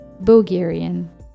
Bulgarian